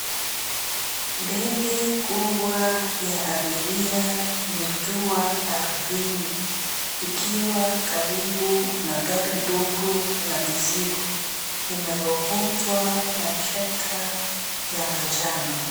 Ndege kubwa ya abiria imetua ardhini ikiwa karibu na gari ndogo la mizigo linalovutwa na trecta ya manjano.